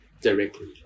directly